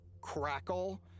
crackle